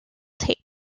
tape